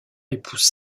épouse